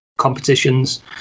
competitions